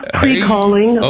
pre-calling